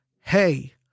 hey